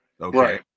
okay